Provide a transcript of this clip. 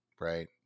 Right